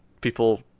people